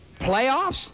Playoffs